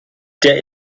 der